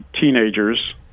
teenagers